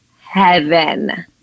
heaven